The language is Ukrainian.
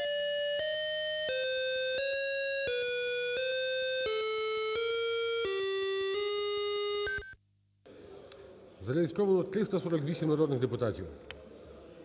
Зареєстровано 348 народних депутатів.